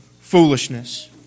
foolishness